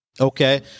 Okay